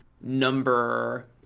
number